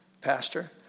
Pastor